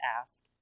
ask